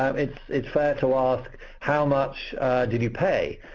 um it's it's fair to ask how much did you pay?